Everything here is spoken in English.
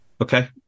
Okay